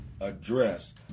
address